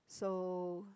so